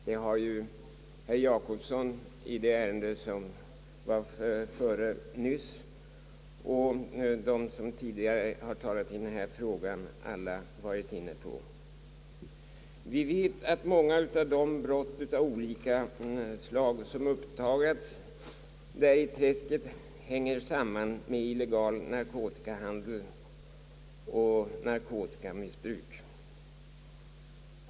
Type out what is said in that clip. Detta har ju herr Gösta Jacobsson i det ärende som var före nyss samt de som tidigare har talat i denna fråga alla varit inne på. Vi vet att många av de brott av olika slag som har uppdagats 1 träsket hänger samman med illegal narkotikahandel och = narkotikamissbruk.